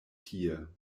tie